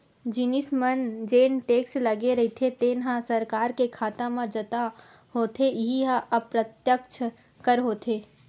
जिनिस मन म जेन टेक्स लगे रहिथे तेन ह सरकार के खाता म जता होथे इहीं ह अप्रत्यक्छ कर होथे